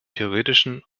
theoretischen